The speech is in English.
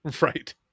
right